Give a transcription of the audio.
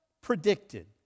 predicted